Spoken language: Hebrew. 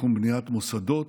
בתחום בניית מוסדות.